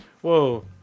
Whoa